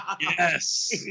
Yes